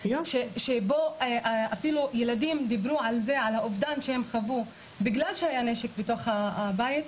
שבו אפילו ילדים דיברו על האובדן שהם חוו בגלל שהיה נשק בתוך הבית.